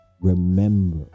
remember